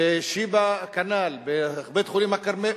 ב"שיבא" כנ"ל, בבית-חולים "כרמל"